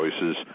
choices